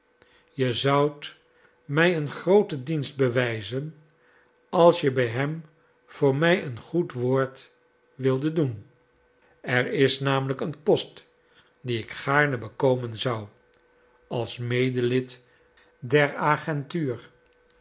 je zoudt mij een grooten dienst bewijzen als je bij hem voor mij een goed woord wildet doen er is namelijk een post dien ik gaarne bekomen zou als medelid der agentuur